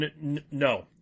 No